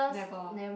never